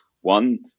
one